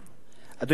אדוני היושב-ראש,